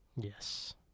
Yes